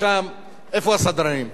איפה הסדרנים?